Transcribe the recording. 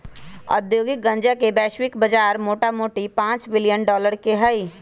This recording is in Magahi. औद्योगिक गन्जा के वैश्विक बजार मोटामोटी पांच बिलियन डॉलर के हइ